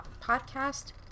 Podcast